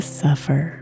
suffer